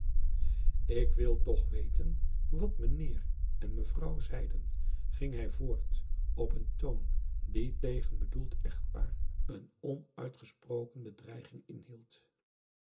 ik wil toch weten wat meneer en mevrouw zeiden ging hij voort op een toon die tegen bedoeld echtpaar een onuitgesproken bedreiging inhield